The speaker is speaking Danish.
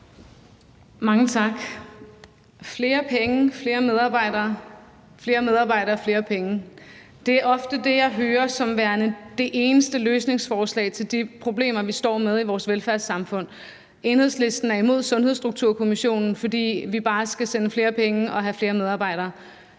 Mange tak. Flere penge, flere medarbejdere – flere medarbejdere, flere penge. Det er ofte det, jeg hører som værende det eneste løsningsforslag til de problemer, vi står med i vores velfærdssamfund. Enhedslisten er imod Sundhedsstrukturkommissionen, fordi man mener, at vi bare skal sende flere penge og have flere medarbejdere,